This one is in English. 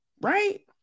right